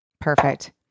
Perfect